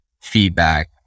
feedback